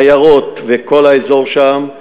עיירות וכל האזור שם,